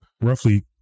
roughly